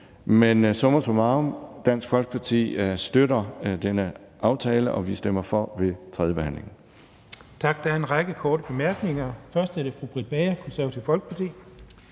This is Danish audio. Men summa summarum er, at Dansk Folkeparti støtter denne aftale. Og vi stemmer for ved tredjebehandlingen.